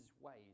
ways